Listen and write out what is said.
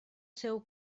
seu